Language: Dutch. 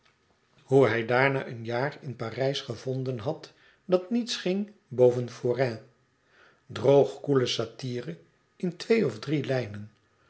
hoe hij daarna een jaar in parijs gevonden had dat niets ging boven forain droogkoele satyre in twee of drie lijnen